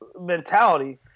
mentality